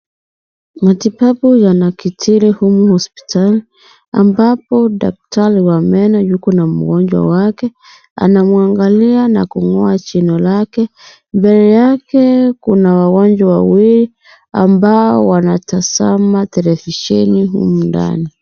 Matibabu yanakitiki humu hosipitali ambapo daktari wa meno yuko na mgonjwa wake. Anamwangalia na kumng'oa jino lake. Mbele yake kuna wagonjwa wawili, ambao wanatazama televisheni humu ndani.